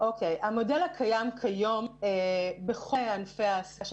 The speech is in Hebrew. המודל הקיים כיום בכל ענפי ההעסקה של